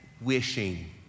wishing